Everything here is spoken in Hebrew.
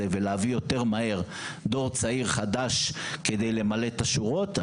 ולהביא יותר מהר דור צעיר חדש כדי למלא את השורות,